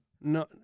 No